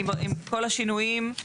עם כל השינויים,